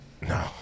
No